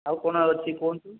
ଆଉ କ'ଣ ଅଛି କୁହନ୍ତୁ